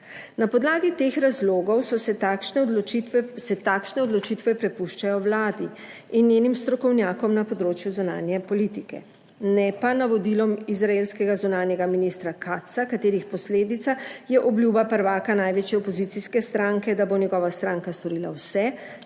Na podlagi teh razlogov se takšne odločitve prepuščajo vladi in njenim strokovnjakom na področju zunanje politike, ne pa navodilom izraelskega zunanjega ministra Katza, katerih posledica je obljuba prvaka največje opozicijske stranke, da bo njegova stranka storila vse,